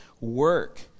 work